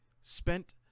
spent